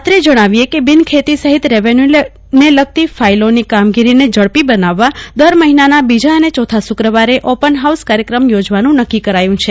અત્રે જણાવીએ કે બિનખેતી સહિત રેવેન્યુને લગતી ફાઈલોની કામગીરીને ઝડપી બનાવવા દર મહિનાના બીજા અને ચોથા શૂક્રવારે ઓપનહાઉસ કાર્યક્રમ યોજવાનું નકકો કરાયું હતું